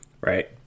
Right